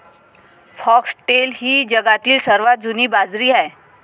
foxtail ही जगातील सर्वात जुनी बाजरी आहे